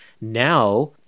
now